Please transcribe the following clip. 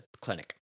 clinic